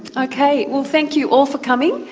ok, well thank you all for coming,